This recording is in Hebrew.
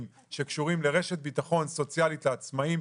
שקשורים לרשת ביטחון סוציאלית לעצמאים,